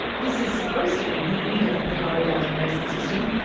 this is supposed to be the eden of the murray-darling basin system,